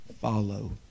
follow